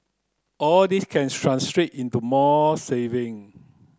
all this can translate into more saving